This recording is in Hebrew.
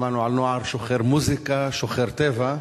שמענו על נוער שוחר מוזיקה, שוחר טבע,